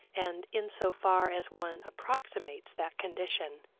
and in so far as one approximates that condition,